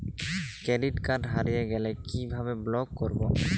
Credit card হারিয়ে গেলে কি ভাবে ব্লক করবো?